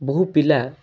ବହୁ ପିଲା